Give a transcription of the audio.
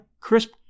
crisp